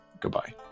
Goodbye